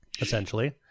Essentially